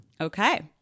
Okay